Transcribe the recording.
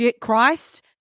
Christ